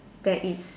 that is